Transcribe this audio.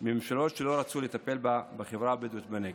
מממשלות שלא רצו לטפל בחברה הבדואית בנגב.